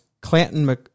Clanton